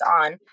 on